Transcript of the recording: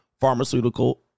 pharmaceutical